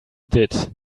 did